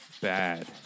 bad